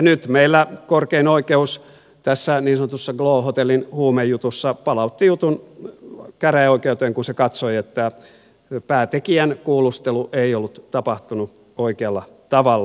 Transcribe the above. nyt meillä korkein oikeus tässä niin sanotussa glo hotellin huumejutussa palautti jutun käräjäoikeuteen kun se katsoi että päätekijän kuulustelu ei ollut tapahtunut oikealla tavalla